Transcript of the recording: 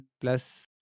plus